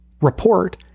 Report